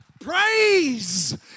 praise